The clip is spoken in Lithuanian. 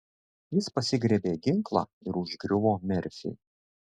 jis pasigriebė ginklą ir užgriuvo merfį